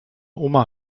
oma